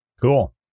cool